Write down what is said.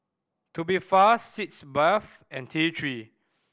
Tubifast Sitz Bath and T Three